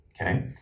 okay